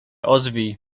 ozwij